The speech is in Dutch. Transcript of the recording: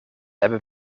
hebben